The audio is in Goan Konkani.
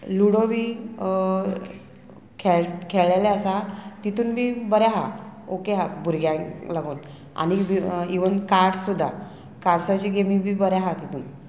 लुडो बी खेळ खेळ्ळेले आसा तितून बी बरें आहा ओके आहा भुरग्यांक लागून आनीक इवन कार्ड्स सुद्दां कार्ड्साची गेमी बी बरें आहा तितून